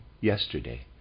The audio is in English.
yesterday